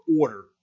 order